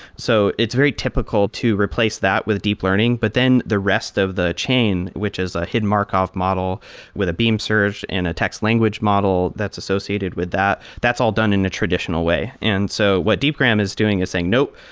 so it's very typical to replace that with deep learning, but then the rest of the chain, which is a hit markov model with a beam search and a text language model that's associated with that, that's all done in a traditional way. and so what deepgram is doing is saying, no.